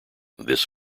this